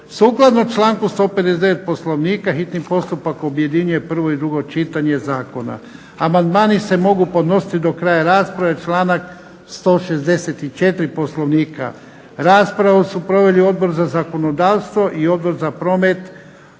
Sukladno članku 159. Poslovnika objedinjuje prvo i drugo čitanje zakona. Amandmani se mogu podnositi do kraja rasprave članak 164. Poslovnika. Raspravu su proveli Odbor za zakonodavstvo i Odbor za